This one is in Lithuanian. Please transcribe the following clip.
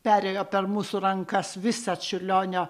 perėjo per mūsų rankas visa čiurlionio